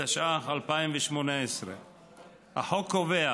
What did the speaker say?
התשע"ח 2018. החוק קובע